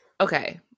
okay